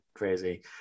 crazy